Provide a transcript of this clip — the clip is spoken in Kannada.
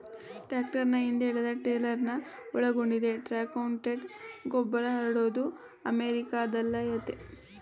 ಟ್ರಾಕ್ಟರ್ನ ಹಿಂದೆ ಎಳೆದಟ್ರೇಲರ್ನ ಒಳಗೊಂಡಿದೆ ಟ್ರಕ್ಮೌಂಟೆಡ್ ಗೊಬ್ಬರಹರಡೋದು ಅಮೆರಿಕಾದಲ್ಲಯತೆ